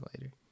later